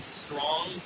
strong